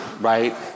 right